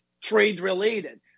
trade-related